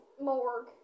Morg